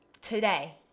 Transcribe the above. today